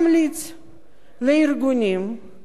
לארגונים של קשישים